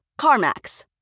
CarMax